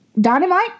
dynamite